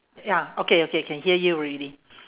ya okay okay can hear you already